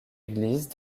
église